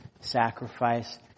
sacrifice